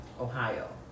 Ohio